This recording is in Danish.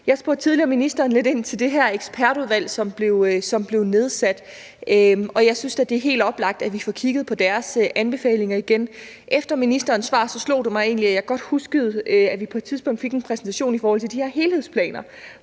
Jeg spurgte tidligere ministeren lidt ind til det her ekspertudvalg, som er blevet nedsat, og jeg synes da, det er helt oplagt, at vi får kigget på deres anbefalinger igen. Efter ministerens svar slog det mig egentlig, at jeg godt kunne huske, at vi på et tidspunkt fik en præsentation i forhold til de her helhedsplaner,